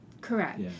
correct